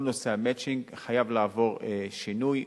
כל נושא ה"מצ'ינג" חייב לעבור שינוי,